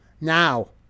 Now